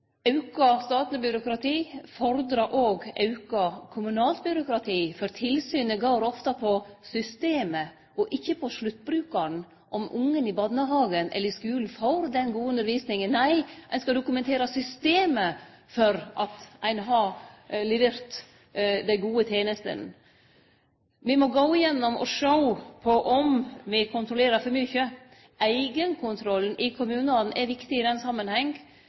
Auka statleg byråkrati fordrar òg auka kommunalt byråkrati, for tilsynet går ofte på systemet og ikkje på sluttbrukaren – om ungen i barnehagen eller i skulen får den gode undervisninga. Nei, ein skal dokumentere systemet for at ein har levert dei gode tenestene. Me må gå igjennom og sjå på om me kontrollerer for mykje. Eigenkontrollen i kommunane er viktig i den